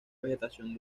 vegetación